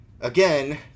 Again